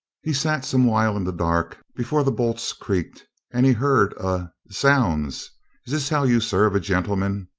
he sat some while in the dark before the bolts creaked and he heard a, zounds, is this how you serve a gentleman?